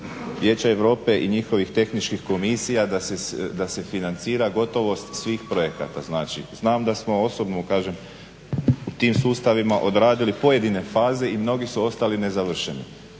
Vijeća Europe i njihovih tehničkih komisija da se financira gotovost svih projekata. Znači, znam da smo osobno kažem u tim sustavima odradili pojedine faze i mnogi su ostali nezavršeni.